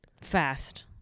Fast